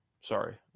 Sorry